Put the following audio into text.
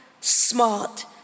smart